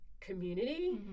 community